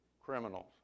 criminals